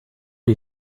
les